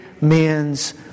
men's